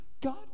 God